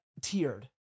tiered